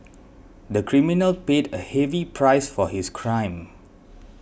the criminal paid a heavy price for his crime